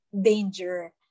danger